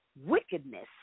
wickedness